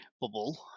bubble